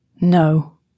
No